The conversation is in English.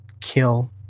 kill